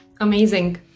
Amazing